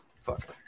Fuck